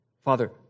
Father